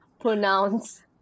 pronounce